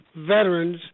veterans